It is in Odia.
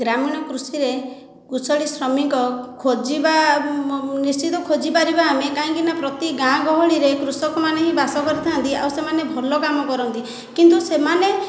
ଗ୍ରାମୀଣ କୃଷିରେ କୁଶଳୀ ଶ୍ରମିକ ଖୋଜିବା ନିଶ୍ଚିତ ଖୋଜିପାରିବା ଆମେ କାହିଁକିନା ପ୍ରତି ଗାଁ ଗହଳିରେ କୃଷକମାନେ ହିଁ ବାସ କରିଥାନ୍ତି ଆଉ ସେମାନେ ଭଲ କାମ କରନ୍ତି କିନ୍ତୁ ସେମାନେ